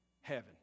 heaven